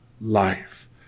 life